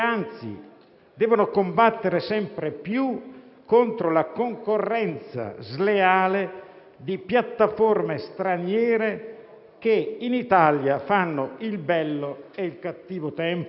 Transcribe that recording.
devono combattere sempre più contro la concorrenza sleale di piattaforme straniere che in Italia fanno il bello e il cattivo tempo?